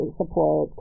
support